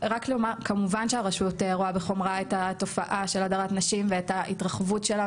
כמובן שהרשות רואה בחומרה את התופעה של הדרת נשים ואת ההתרחבות שלה,